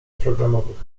programowych